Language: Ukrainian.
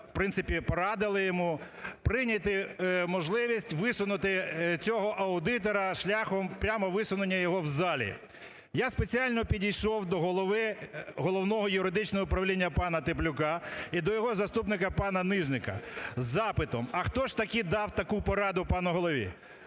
в принципі порадили йому прийняти можливість висунути цього аудитора шляхом прямо висуненням його у залі. Я спеціально підійшов до Головного юридичного управління пана Теплюка і до його заступника пана Нижника із запитом: а хто ж таки дав таку пораду пану Голові?